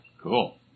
Cool